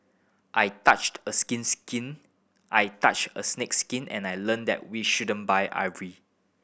I touched a skin skin I touched a snake's skin and I learned that we shouldn't buy ivory